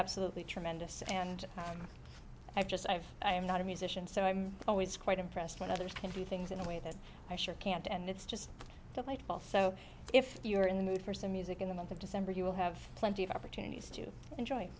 absolutely tremendous and i've just i've i am not a musician so i'm always quite impressed when others can do things in a way that i sure can't and it's just delightful so if you're in the mood for some music in the month of december you will have plenty of opportunities to enjoy